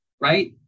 right